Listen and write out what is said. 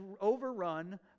overrun